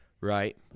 right